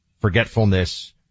forgetfulness